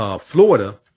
Florida